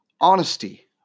honesty